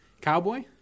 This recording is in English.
Cowboy